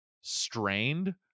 strained